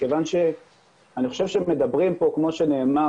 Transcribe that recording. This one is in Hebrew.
מכיוון שאני חושב שמדברים פה כמו שתמיד